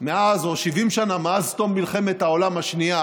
או 70 שנה מאז תום מלחמת העולם השנייה